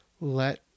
let